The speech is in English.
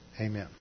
Amen